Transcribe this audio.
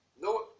No